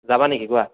যাবা নেকি কোৱা